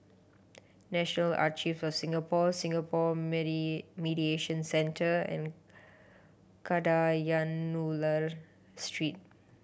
National Archive of Singapore Singapore Mediation Centre and Kadayanallur Street